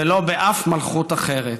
ולא באף מלכות אחרת.